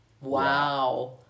Wow